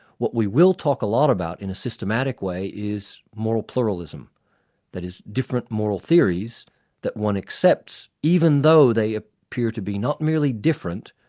what we will talk a lot about in a systematic way is moral pluralism that is, different moral theories that one accepts even though they ah appear to be not merely different,